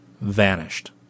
vanished